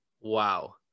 wow